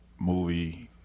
movie